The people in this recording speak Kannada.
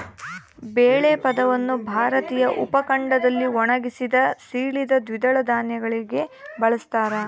ಬೇಳೆ ಪದವನ್ನು ಭಾರತೀಯ ಉಪಖಂಡದಲ್ಲಿ ಒಣಗಿಸಿದ, ಸೀಳಿದ ದ್ವಿದಳ ಧಾನ್ಯಗಳಿಗೆ ಬಳಸ್ತಾರ